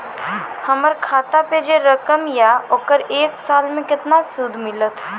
हमर खाता पे जे रकम या ओकर एक साल मे केतना सूद मिलत?